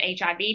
HIV